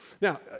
Now